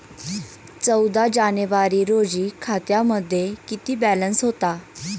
चौदा जानेवारी रोजी खात्यामध्ये किती बॅलन्स होता?